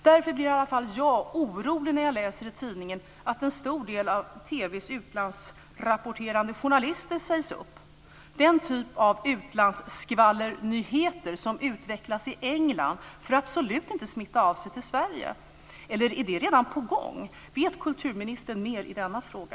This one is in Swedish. Därför blir i alla fall jag orolig när jag läser i tidningen att en stor del av TV:s utlandsrapporterande journalister sägs upp. Den typ av "utlandsskvallernyheter" som utvecklas i England får absolut inte smitta av sig till Sverige. Eller är det redan på gång? Vet kulturministern mer i denna fråga?